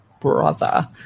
brother